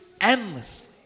endlessly